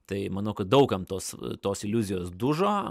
tai manau kad daug kam tos tos iliuzijos dužo